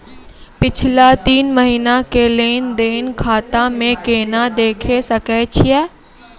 पिछला तीन महिना के लेंन देंन खाता मे केना देखे सकय छियै?